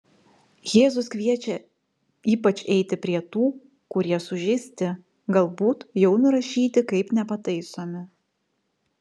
jėzus kviečia ypač eiti prie tų kurie sužeisti galbūt jau nurašyti kaip nepataisomi